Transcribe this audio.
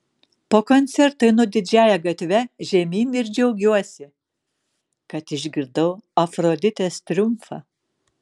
po koncerto einu didžiąja gatve žemyn ir džiaugiuosi kad išgirdau afroditės triumfą